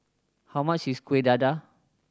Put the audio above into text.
how much is Kueh Dadar